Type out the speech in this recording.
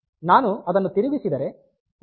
ನಾನು ಅದನ್ನು ತಿರುಗಿಸಿದರೆ 1 ಈ ಸ್ಥಾನಕ್ಕೆ ಬರುತ್ತದೆ